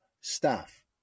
staff